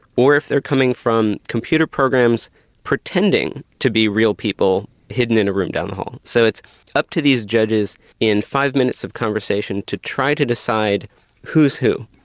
or if they're coming from computer programs pretending to be real people hidden in a room down the hall. so it's up to these judges in five minutes of conversation to try to decide who's who,